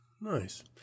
Nice